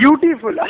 Beautiful